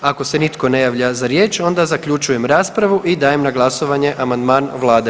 Ako se nitko ne javlja za riječ onda zaključujem raspravu i dajem na glasovanje amandman Vlade.